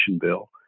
bill